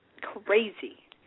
crazy